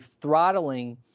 throttling